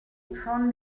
von